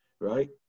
right